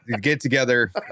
get-together